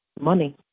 money